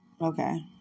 Okay